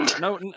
no